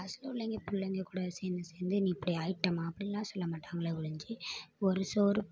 கிளாஸில் உள்ள ள்ளைங்க பிள்ளைங்க கூட சேர்ந்து சேர்ந்து நீ இப்படி ஆகிட்டமா அப்படின்லாம் சொல்ல மாட்டாங்களே ஒழிஞ்சு ஒரு சோறு